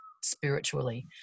spiritually